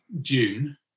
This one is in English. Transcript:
june